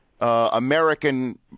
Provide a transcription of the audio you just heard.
American